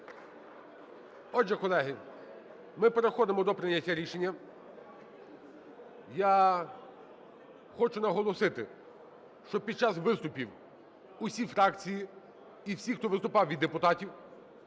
Отже, колеги, ми переходимо до прийняття рішення. Я хочу наголосити, що під час виступів усі фракції і всі, хто виступав від депутатів,